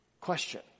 question